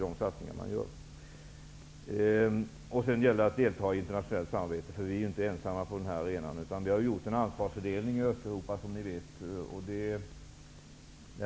Det gäller också att delta i internationellt samarbete. Vi är ju inte ensamma på den här arenan. Som ni vet har vi gjort en ansvarsfördelning i Östeuropa.